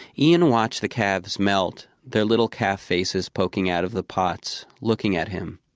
ian watched the calves melt, their little calf faces poking out of the pots, looking at him.